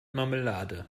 marmelade